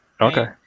Okay